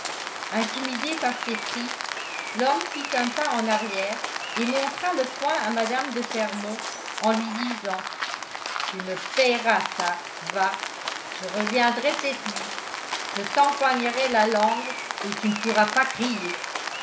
intimidé par ces cris l'homme fit un pas en arrière et montra le poing à mme de fermont en lui disant tu me payeras ça va je reviendrai cette nuit je t'empoignerai la langue et tu ne pourras pas crier